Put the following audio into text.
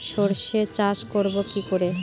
সর্ষে চাষ করব কি করে?